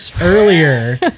earlier